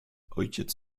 ojciec